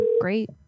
Great